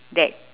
that